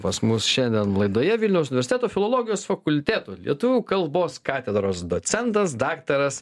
pas mus šiandien laidoje vilniaus universiteto filologijos fakulteto lietuvių kalbos katedros docentas daktaras